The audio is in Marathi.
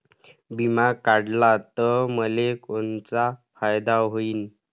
बिमा काढला त मले कोनचा फायदा होईन?